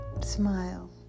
smile